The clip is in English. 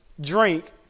drink